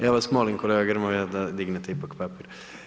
Ja vas molim kolega Grmoja, da dignete ipak papir.